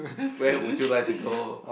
where would you like to go